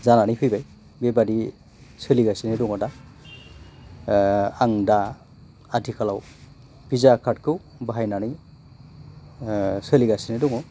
जानानै फैबाय बेबादि सोलिगासिनो दङ दा आं दा आथिखालाव भिसा कार्डखौ बाहायनानै सोलिगासिनो दङ